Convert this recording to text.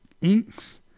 inks